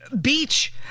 beach